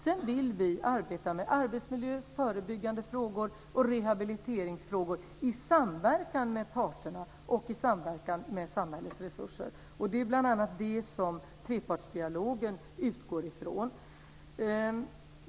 Sedan vill vi arbeta med arbetsmiljö, förebyggande frågor och rehabiliteringsfrågor i samverkan med parterna och i samverkan med samhällets resurser. Det är bl.a. det som trepartsdialogen utgår från.